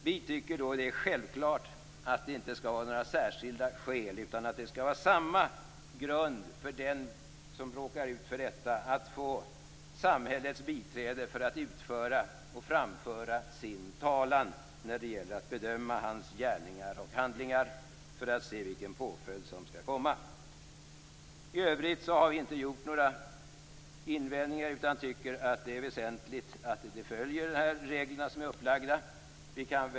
Vi tycker att det är självklart att det inte skall vara några särskilda skäl utan samma grund för den som råkar ut för detta att få samhällets biträde för att utföra och framföra sin talan när det gäller att bedöma vederbörandes gärningar och handlingar för att se vilken påföljd som skall utdömas. I övrigt har vi inte gjort några invändningar utan tycker att det är väsentligt att de uppsatta reglerna följs.